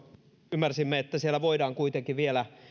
ymmärsimme että tässä voidaan kuitenkin vielä